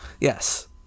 Yes